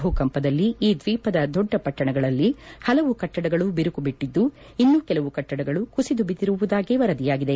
ಭೂಕಂಪದಲ್ಲಿ ಈ ದ್ವೀಪದ ದೊಡ್ಡ ಪಟ್ಟಣಗಳಲ್ಲಿ ಹಲವು ಕಟ್ಟಡಗಳು ಬಿರುಕು ಬಿಟ್ಟಿದ್ದು ಇನ್ನೂ ಕೆಲವು ಕಟ್ಸದಗಳು ಕುಸಿದುಬಿದ್ದಿರುವುದಾಗಿ ವರದಿಯಾಗಿದೆ